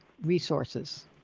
resources